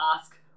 ask